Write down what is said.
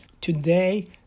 today